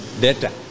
data